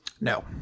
No